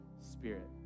Spirit